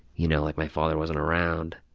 you know like my father wasn't around